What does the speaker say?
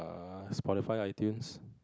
err Spotify iTunes